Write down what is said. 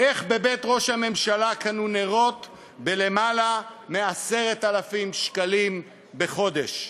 איך בבית ראש הממשלה קנו נרות בלמעלה מ-10,000 שקלים בחודש.